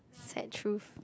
sad truth